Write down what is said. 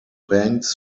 banks